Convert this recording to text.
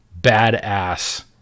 badass